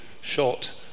shot